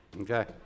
okay